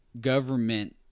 government